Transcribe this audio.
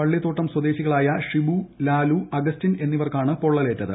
പള്ളിത്തോട്ടം സ്വദേശികളായ ഷിബു ലാലു അഗസ്റ്റിൻ എന്നിവർക്കാണ് പൊള്ളലേറ്റത്